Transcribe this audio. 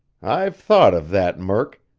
i've thought of that, murk.